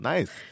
Nice